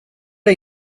det